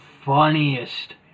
funniest